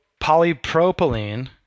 polypropylene